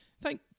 Thank